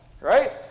Right